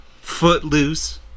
Footloose